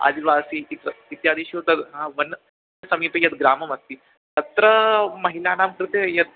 आदिवासी इति इत्यादिषु तद् हा वनस्य समीपे यः ग्रामः अस्ति तत्र महिलानां कृते यत् हा